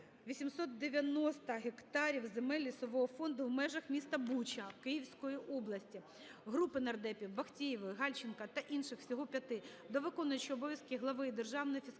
890 гектарів земель лісового фонду в межах міста Буча Київської області. Групи нардепів (Бахтеєвої, Гальченка та інших; всього 5) до виконуючого обов'язки голови Державної фіскальної